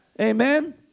Amen